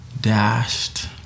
dashed